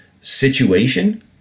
situation